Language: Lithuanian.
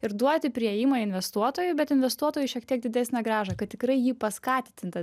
ir duoti priėjimą investuotojui bet investuotojui šiek tiek didesnę grąžą kad tikrai jį paskatinta